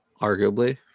arguably